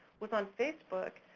was on facebook.